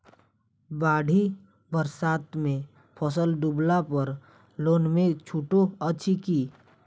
बाढ़ि बरसातमे फसल डुबला पर लोनमे छुटो अछि की